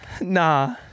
Nah